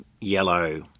yellow